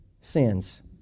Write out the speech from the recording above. sins